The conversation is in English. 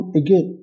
again